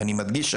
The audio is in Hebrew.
ואני מדגיש,